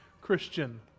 Christian